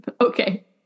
Okay